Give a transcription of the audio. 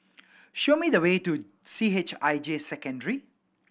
show me the way to C H I J Secondary